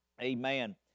amen